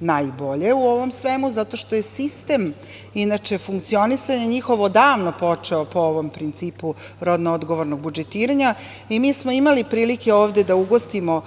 najbolje u svemu ovome zato što je sistem inače funkcionisanja njihov odavno počeo po ovom principu rodno odgovornog budžetiranja. Mi smo imali prilike ovde da ugostimo